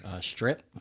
Strip